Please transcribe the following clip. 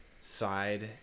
side